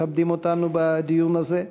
שמכבדים אותנו בדיון הזה,